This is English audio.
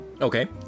okay